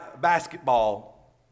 basketball